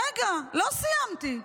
רגע, לא סיימתי.